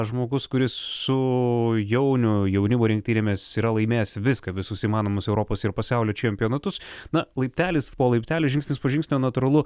žmogus kuris su jauniu jaunimo rinktinėmis yra laimėjęs viską visus įmanomus europos ir pasaulio čempionatus na laiptelis po laiptelio žingsnis po žingsnio natūralu